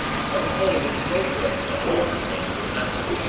caught a hold with the boat-hook on the fore-chains of the vessel.